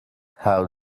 how